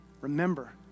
remember